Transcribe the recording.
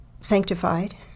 sanctified